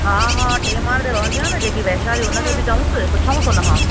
हा हा टे माड़ ते रहंदी आहे न जेकी वैशाली हुनखे बि चयूंसि पुछूंसि हुन खां